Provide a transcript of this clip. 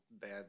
bad